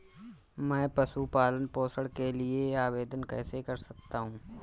मैं पशु पालन पोषण के लिए आवेदन कैसे कर सकता हूँ?